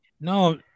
No